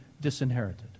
disinherited